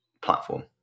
platform